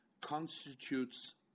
constitutes